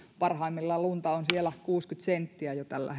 parhaimmillaan lunta on siellä kuusikymmentä senttiä jo tällä